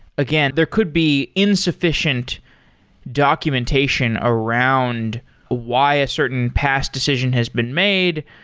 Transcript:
again, there could be insufficient documentation around why a certain past decision has been made.